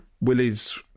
Willie's